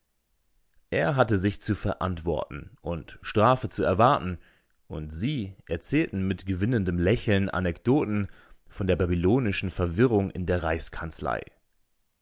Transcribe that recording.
er hatte sich zu verantworten und strafe zu erwarten und sie erzählten mit gewinnendem lächeln anekdoten von der babylonischen verwirrung in der